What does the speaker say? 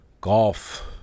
Golf